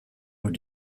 were